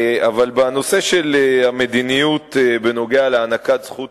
אבל בנושא של המדיניות בנוגע להענקת זכות